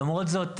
למרות זאת,